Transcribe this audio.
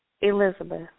Elizabeth